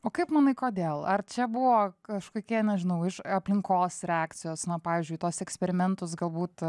o kaip manai kodėl ar čia buvo kažkokie nežinau iš aplinkos reakcijos na pavyzdžiui tuos eksperimentus galbūt